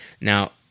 Now